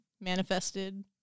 manifested